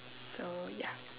so ya